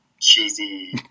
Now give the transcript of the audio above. cheesy